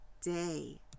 day